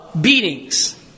beatings